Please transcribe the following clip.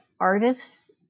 artists